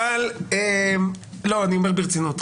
ברצינות,